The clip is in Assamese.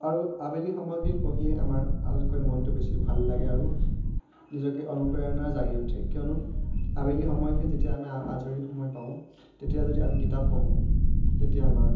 আৰু আবেলি সময়খিনি পঢ়িলে আমাৰ আটাইতকৈ মনটো বেছি ভাল লাগে আৰু নিজকে অনুপ্ৰেৰণা জাগি উঠে কিয়নো আবেলি সময়খিনি যেতিয়া আমি আজৰি সময় পাওঁ তেতিয়া যদি আমি কিতাপ পঢ়োঁ তেতিয়া আমাৰ